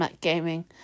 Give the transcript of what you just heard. Gaming